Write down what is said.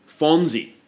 Fonzie